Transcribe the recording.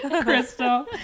Crystal